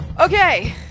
Okay